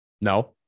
No